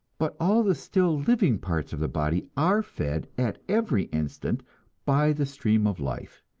but all the still living parts of the body are fed at every instant by the stream of life.